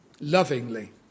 lovingly